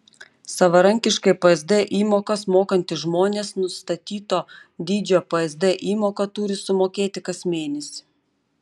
savarankiškai psd įmokas mokantys žmonės nustatyto dydžio psd įmoką turi sumokėti kas mėnesį